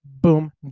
boom